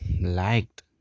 liked